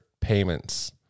payments